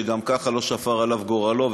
שגם ככה לא שפר עליו גורלו,